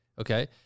Okay